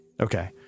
okay